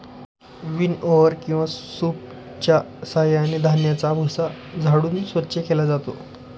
विनओवर किंवा सूपच्या साहाय्याने धान्याचा भुसा झाडून स्वच्छ केला जातो